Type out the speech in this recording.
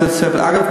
אגב,